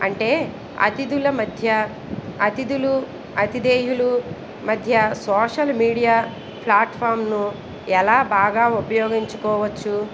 అంటే అతిథుల మధ్య అతిథులు అతిధేయులు మధ్య సోషల్ మీడియా ఫ్లాట్ఫామ్ను ఎలా బాగా ఉపయోగించుకోవచ్చు